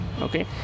Okay